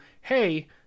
hey